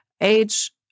age